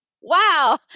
wow